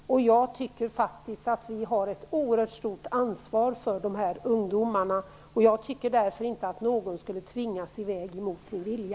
Jag tycker faktiskt att vi har ett oerhört stort ansvar för dessa ungdomar. Jag tycker därför inte att någon skulle tvingas i väg mot sin vilja.